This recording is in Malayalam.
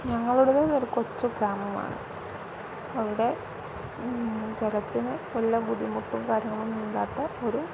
ഞങ്ങളുടേത് ഒരു കൊച്ചു ഗ്രാമമാണ് അവിടെ ജലത്തിന് വല്ല ബുദ്ധിമുട്ടും കാര്യങ്ങളൊന്നും ഇല്ലാത്ത ഒരു